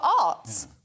Arts